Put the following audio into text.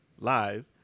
live